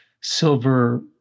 silver